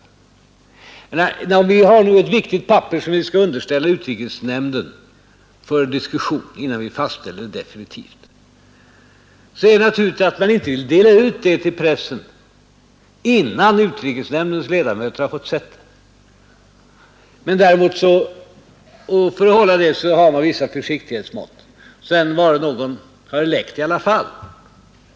Men om vi har ett viktigt papper som vi skall underställa utrikesnämnden för diskussion innan vi definitivt fastställer något, är det naturligt att man inte vill dela ut det till pressen innan utrikesnämndens ledamöter har fått det. Därför har man vidtagit vissa försiktighetsåtgärder. Sedan har det läckt i alla fall.